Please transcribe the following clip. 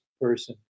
person